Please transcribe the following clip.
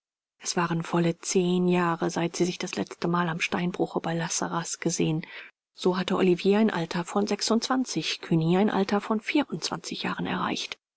es waren volle zehn jahre seit sie sich das letzte mal am steinbruche bei la sarraz gesehen so hatte olivier ein alter von sechsundzwanzig cugny ein alter von vierundzwanzig jahren erreicht